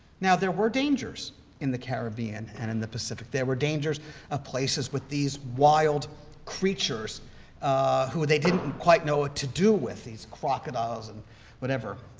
now, there were dangers in the caribbean and in the pacific. there were dangers of places with these wild creatures who they didn't quite know what to do with, these crocodiles and whatever.